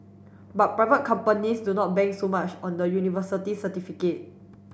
but private companies do not bank so much on the university certificate